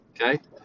Okay